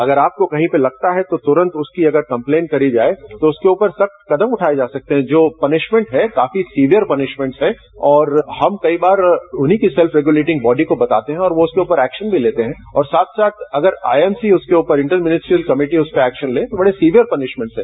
अगर आपको कहीं पर लगता है तो तुरंत उसकी अगर कम्पलेन करी जाये तो उसके ऊपर सख्त कदम उठाये जा सकते हैं जो पनिशमेंट हैं काफी सीवियर पनिशमेंट हैं और हम कई बार उन्हीं के सेल्फ रेग्यूलेंटिग बॉडी को बताते हैं और वो उसके ऊपर एक्शन भी लेते हैं और साथ साथ अगर आईएमसी उसके ऊपर इंटर मिनिस्ट्रियल कमेटी उस पर एक्शन ले तो बड़े सीवियर पनिशमेंट हैं